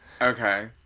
okay